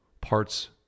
parts